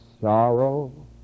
sorrow